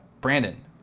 Brandon